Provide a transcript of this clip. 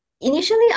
Initially